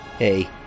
Hey